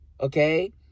okay